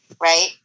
Right